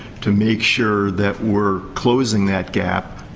to make sure that we're closing that gap.